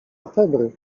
febry